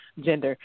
gender